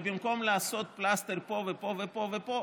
ובמקום לעשות פלסטר פה ופה ופה ופה,